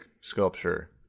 sculpture